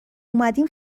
اومدیم